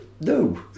No